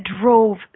drove